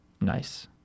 Nice